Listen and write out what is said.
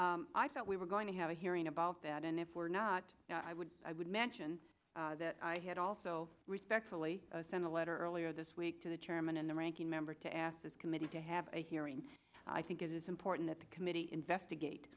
but i thought we were going to have a hearing about that and if we're not i would i would mention that i had also respectfully sent a letter earlier this week to the chairman and the ranking member to ask this committee to have a hearing i think it is important that the committee investigate